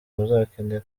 muzakenera